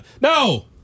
No